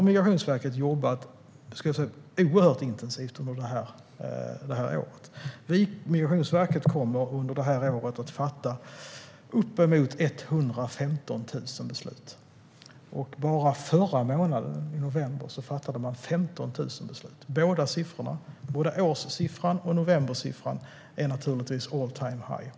Migrationsverket har jobbat oerhört intensivt och kommer att fatta uppemot 115 000 beslut under det här året. Bara i november fattade man 15 000 beslut. Både årssiffran och novembersiffran är naturligtvis all time high.